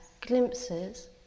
glimpses